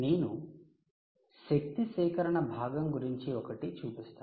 నేను శక్తి సేకరణ భాగం గురించి ఒకటి చూపిస్తాను